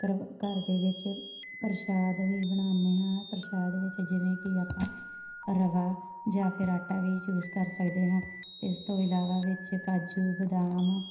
curve ਘਰ ਦੇ ਵਿੱਚ ਪ੍ਰਸ਼ਾਦ ਵੀ ਬਣਾਉਂਦੇ ਹਾਂ ਪ੍ਰਸ਼ਾਦ ਵਿੱਚ ਜਿਵੇਂ ਕਿ ਆਪਾਂ ਰਵਾ ਜਾਂ ਫਿਰ ਆਟਾ ਵੀ ਚੂਜ਼ ਕਰ ਸਕਦੇ ਹਾਂ ਇਸ ਤੋਂ ਇਲਾਵਾ ਵਿੱਚ ਕਾਜੂ ਬਦਾਮ